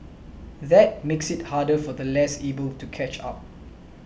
that makes it harder for the less able to catch up